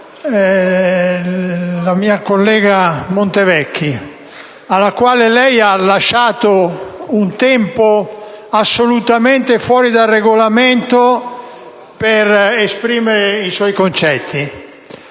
la mia collega Montevecchi, alla quale lei ha concesso un tempo assolutamente fuori dal Regolamento per esprimere il suo pensiero.